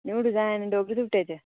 new design Dogri सूटै च